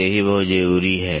तो ये भी बहुत जरूरी है